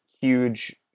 huge